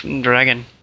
Dragon